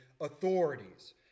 authorities